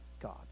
God